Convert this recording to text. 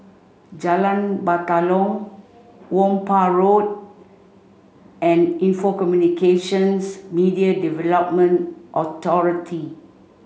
Jalan Batalong Whampoa Road and Info Communications Media Development Authority